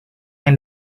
yang